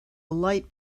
light